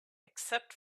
except